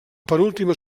penúltima